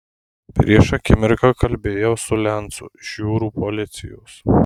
prieš akimirką kalbėjau su lencu iš jūrų policijos